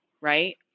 right